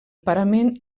parament